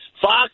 Fox